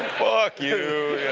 fuck you.